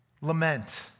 Lament